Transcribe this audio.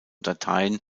dateien